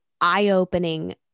eye-opening